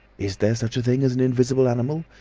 is there such a thing as an invisible animal.